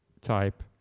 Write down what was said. type